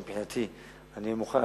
ומבחינתי אני מוכן,